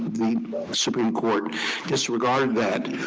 the supreme court disregarded that.